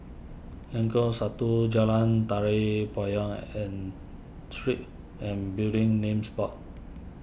Lengkong Satu Jalan Tari Payong and Street and Building Names Board